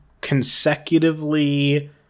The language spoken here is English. consecutively